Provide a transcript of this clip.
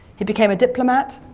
he became a diplomat,